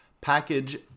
package